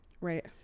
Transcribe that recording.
Right